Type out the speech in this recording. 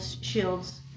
shield's